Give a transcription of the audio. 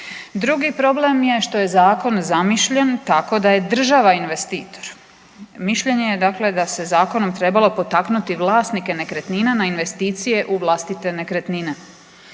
Drugi problem je što je zakon zamišljen tako da je država investitor. Mišljenje je dakle da se zakonom trebalo potaknuti vlasnike nekretnina na investicije u vlastite nekretnine.